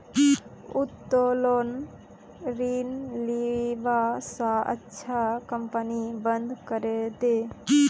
उत्तोलन ऋण लीबा स अच्छा कंपनी बंद करे दे